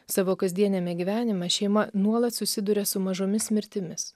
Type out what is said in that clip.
savo kasdieniame gyvenime šeima nuolat susiduria su mažomis mirtimis